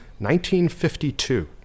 1952